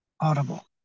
audible